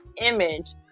image